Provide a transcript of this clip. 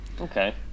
Okay